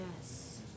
Yes